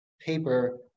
paper